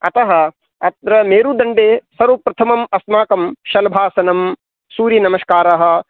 अतः अत्र मेरुदण्डे सर्वप्रथमम् अस्माकं शलभासनं सूर्यनमस्कारः